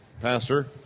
Pastor